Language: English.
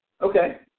Okay